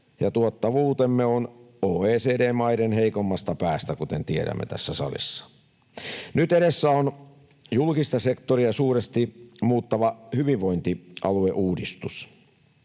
ja tuottavuutemme on OECD-maiden heikommasta päästä, kuten tiedämme tässä salissa. Nyt edessä on julkista sektoria suuresti muuttava hyvinvointialueuudistus,